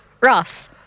Ross